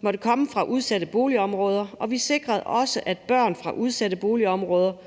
måtte komme fra udsatte boligområder, og vi sikrede også, at børn fra udsatte boligområder, og